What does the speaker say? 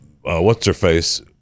what's-her-face